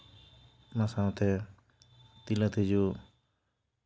ᱚᱱᱟ ᱥᱟᱶᱛᱮ ᱛᱤᱞᱟᱹ ᱛᱤᱡᱩ